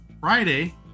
Friday